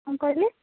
କ'ଣ କହିଲେ